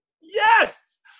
Yes